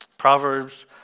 Proverbs